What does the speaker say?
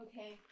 okay